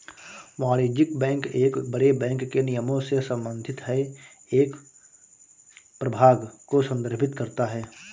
वाणिज्यिक बैंक एक बड़े बैंक के निगमों से संबंधित है एक प्रभाग को संदर्भित करता है